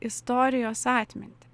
istorijos atmintį